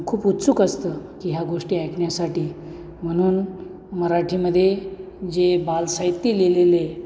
खूप उत्सुक असतं की ह्या गोष्टी ऐकण्यासाठी म्हणून मराठीमध्ये जे बालसाहित्य लिहिलेलं आहे